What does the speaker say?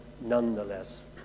nonetheless